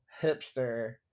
hipster